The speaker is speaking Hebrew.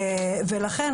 לכן,